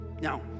now